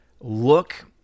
Look